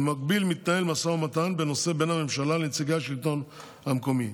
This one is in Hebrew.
ובמקביל מתנהל משא ומתן בנושא בין הממשלה לנציגי השלטון המקומי.